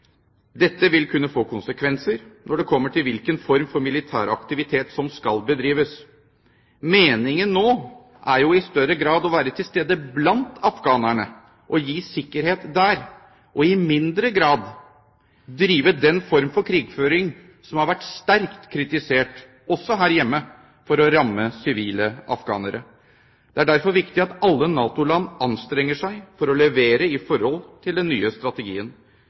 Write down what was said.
Dette vil kunne få konsekvenser når det kommer til hvilken form for militær aktivitet som skal bedrives. Meningen nå er jo i større grad å være til stede blant afghanerne og gi sikkerhet der, og i mindre grad drive den form for krigføring som har vært sterkt kritisert, også her hjemme, for å ramme sivile afghanere. Det er derfor viktig at alle NATO-land anstrenger seg for å levere i forhold til den nye strategien.